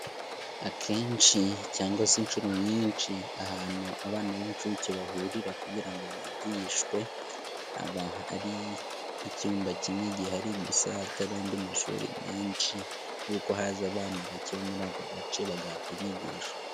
Akenshi cyangwa se inshuro nyinshi ahantu abana b'incuke bahurira kugira ngo bigishwe ari icyumba kimwe gihari gusa hatari andi mashuri menshi kuko haza abana bake bo muri ako gace bagahabwa inyigisho.